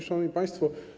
Szanowni Państwo!